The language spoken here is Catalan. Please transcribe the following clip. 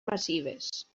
massives